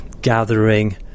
gathering